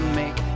make